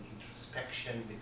introspection